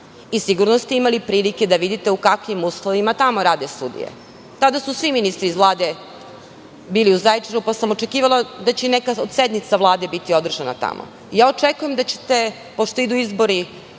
Sigurno ste imali prilike da vidite u kakvim uslovima tamo rade sudije. Tada su svi ministri iz Vlade bili u Zaječaru pa sam očekivala da će neka od sednica Vlade biti održana tamo. Pošto idu uskoro lokalni izbori